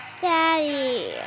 Daddy